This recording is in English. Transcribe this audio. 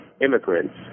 immigrants